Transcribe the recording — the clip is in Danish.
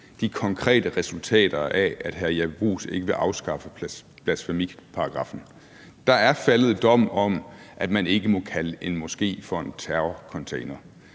de konkrete resultater af, at hr. Jeppe Bruus ikke vil afskaffe blasfemiparagraffen. Der er faldet dom om, at man ikke må kalde en moské for en terrorcontainer.